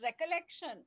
recollection